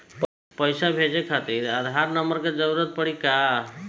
पैसे भेजे खातिर आधार नंबर के जरूरत पड़ी का?